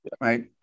right